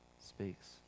speaks